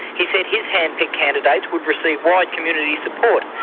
he said his hand-picked candidates would receive wide community support,